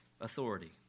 authority